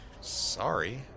Sorry